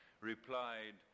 replied